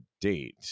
date